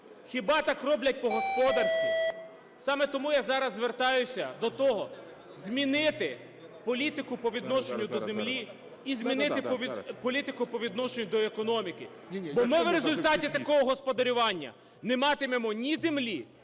Хіба так роблять по-господарськи? Саме тому я зараз звертаюся до того: змінити політику по відношенню до землі і змінити політику по відношенню до економіки. Бо ми в результаті такого господарювання не матимемо ні землі,